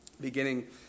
beginning